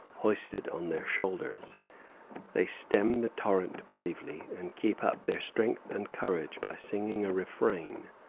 hoisted on their shoulders they stem the torrent bravely, and keep up their strength and courage by singing a refrain.